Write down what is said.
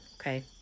Okay